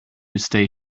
stay